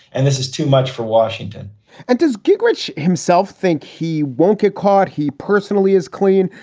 and this is too much for washington and does gingrich himself think he won't get caught? he personally is clean.